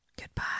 goodbye